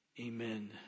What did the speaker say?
amen